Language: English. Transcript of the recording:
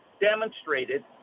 demonstrated